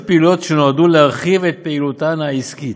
פעילויות שנועדו להרחיב את פעילותן העסקית.